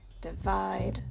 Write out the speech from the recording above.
divide